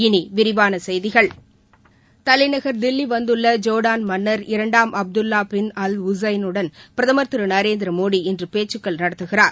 இனி விரிவான செய்திகள் தலைநகர் தில்லி வந்துள்ள ஜோர்டான் மன்னர் இரண்டாம் அப்துல்வா பின் அல் உசைன் வுடன் பிரதமர் திரு நரேந்திரமோடி இன்று பேச்சுக்கள் நடத்துகிறார்